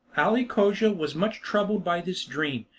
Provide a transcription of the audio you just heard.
ali cogia was much troubled by this dream,